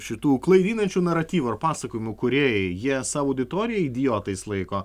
šitų klaidinančių naratyvų ar pasakojimų kūrėjai jie savo auditoriją idiotais laiko